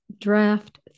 draft